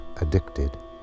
addicted